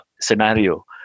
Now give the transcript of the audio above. scenario